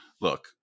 look